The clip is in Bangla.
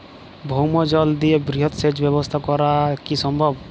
ভৌমজল দিয়ে বৃহৎ সেচ ব্যবস্থা করা কি সম্ভব?